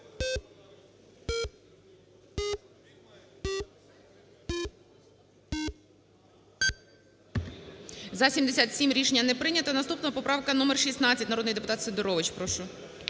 За-77 Рішення не прийняте. Наступна поправка - номер 16, народний депутат Сидорович. Прошу.